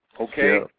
Okay